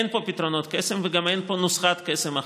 אין פה פתרונות קסם וגם אין פה נוסחת קסם אחת.